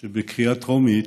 מאז שבקריאה טרומית